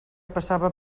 passava